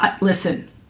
Listen